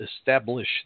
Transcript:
establish